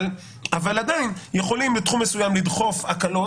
אבל עדיין יכולים בתחום מסוים לדחוף הקלות